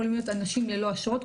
יכולים להיות אנשים ללא אשרות.